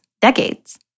decades